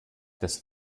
des